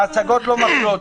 ההשגות לא מפריעות.